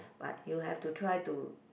but you have to try to